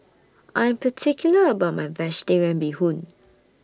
I'm particular about My Vegetarian Bee Hoon